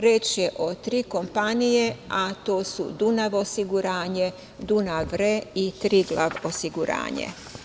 Reč je o tri o kompanije, a to su „Dunav osiguranje“, Dunav re“ i „Triglav osiguranje“